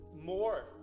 more